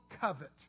covet